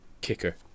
kicker